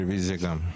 רביזיה גם.